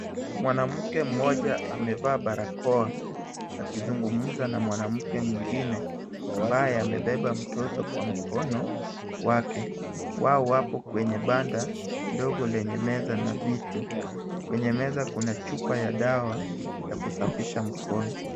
Mwanamke mmoja amevaa barakoa akizungumza na mwanamke mwingine , ambaye amebeba mtoto kwa mkono wake . Wao wapo kwenye banda ndogo lenye meza na viti . Kwenye meza kuna chupa ya dawa ya kusafisha mkono.